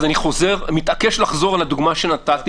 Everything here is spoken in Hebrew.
אני מתעקש לחזור על הדוגמה שנתתי,